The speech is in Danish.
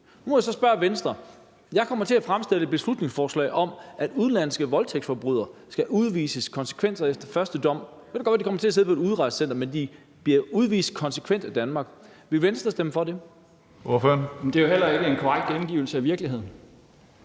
Nu må jeg så spørge Venstre: Jeg kommer til at fremsætte et beslutningsforslag om, at udenlandske voldtægtsforbrydere skal udvises konsekvent og efter første dom. Så kan det godt være, de kommer til at sidde på et udrejsecenter, men de bliver udvist konsekvent af Danmark. Vil Venstre stemme for det? Kl. 10:23 Tredje næstformand (Karsten Hønge): Ordføreren.